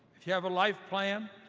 if you have a life plan,